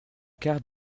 quart